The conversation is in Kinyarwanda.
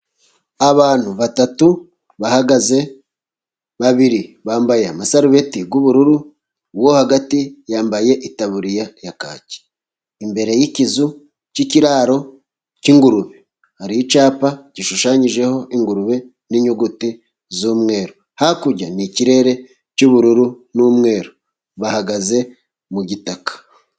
Abantu batatu bahagaze babiri bambaye amasarubeti y'ubururu uwo hagati yambaye itaburiya ya kaki imbere y'ikizu cy'ikiraro cy'ingurube hari icyapa gishushanyijeho ingurube n'inyuguti z'umweru hakurya nikirere cy'bururu n'umweru bahagaze mu gitaka.